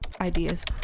ideas